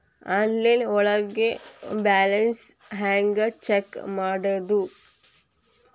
Online ಒಳಗೆ balance ಹ್ಯಾಂಗ check ಮಾಡೋದು?